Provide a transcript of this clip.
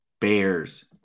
Bears –